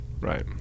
Right